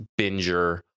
binger